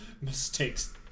mistakes